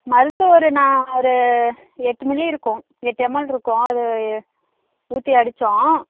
மருந்து ஒரு நா ஒரு எட்டு மில்லி இருக்கும் எட்டு எம்எல்ருக்கும் அதை ஊற்றி அடித்தோம்